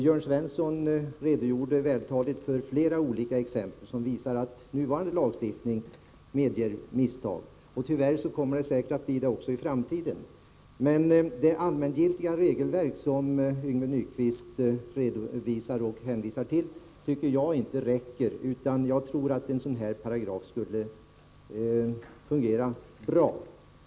Jörn Svensson redogjorde vältaligt för flera olika exempel som visar att nuvarande lagstiftning medger misstag. Tyvärr kommer det säkert att bli så också i framtiden. Det allmängiltiga regelverk som Yngve Nyquist hänvisar till räcker inte, utan jag tror att en sådan här paragraf skulle fungera bra.